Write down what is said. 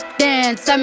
dance